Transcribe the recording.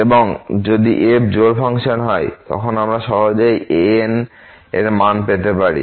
এবং যদি f জোড় ফাংশন হয় তখন আমরা সহজেই এর ans এর মান পেতে পারি